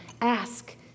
Ask